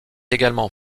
également